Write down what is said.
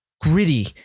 gritty